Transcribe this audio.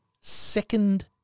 second